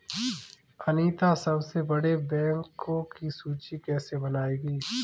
अनीता सबसे बड़े बैंकों की सूची कैसे बनायेगी?